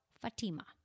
Fatima